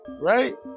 right